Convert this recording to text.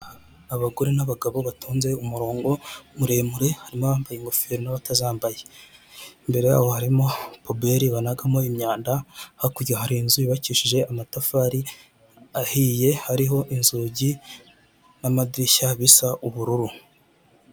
Abagore n'abagabo batonze umurongo muremure, harimo abambaye ingofero n'abatazambaye, imbere yaho harimo pubere banagamo imyanda, hakurya hari inzu yubakishije amatafari ahiye, hariho inzugi n'amadirishya zisa ubururu.